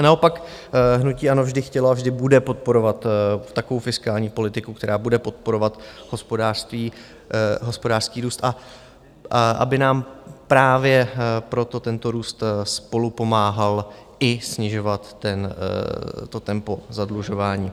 Naopak hnutí ANO vždy chtělo a vždy bude podporovat takovou fiskální politiku, která bude podporovat hospodářský růst, aby nám právě proto tento růst spolupomáhal i snižovat to tempo zadlužování.